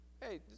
hey